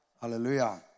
Hallelujah